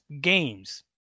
games